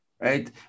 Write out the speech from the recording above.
right